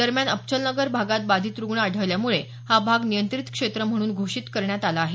दरम्यान अबचलनगर भागात बाधित रुग्ण आढळमुळे हा भाग नियंत्रित क्षेत्र म्हणून घोषित करण्यात आला आहे